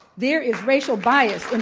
there is racial bias in